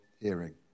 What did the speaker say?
hearing